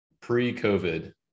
pre-COVID